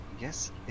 Yes